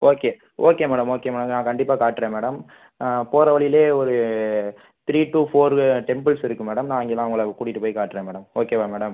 okay okay madam okay madam நான் கண்டிப்பாக காட்டுகிறேன் மேடம் போகிற வழியிலயே ஒரு த்ரீ டூ ஃபோர் டெம்புள்ஸ் இருக்குது மேடம் நான் அங்கே நான் உங்களை கூட்டிகிட்டு போயி காட்டுகிறேன் மேடம் ஓகேவா மேடம்